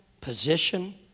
position